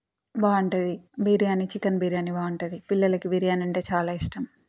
బాగుంటుంది బిర్యానీ చికెన్ బిర్యానీ బాగుంటుంది పిల్లలకి బిర్యాని అంటే చాలా ఇష్టం